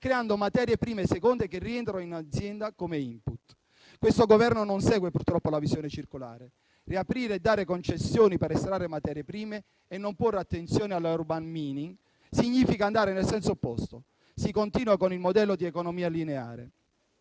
creando materie prime e seconde che rientrano in azienda come *input*. Questo Governo non segue purtroppo la visione circolare. Riaprire e dare concessioni per estrarre materie prime e non porre attenzione all'*urban mining* significa andare nel senso opposto. Si continua con il modello di economia lineare.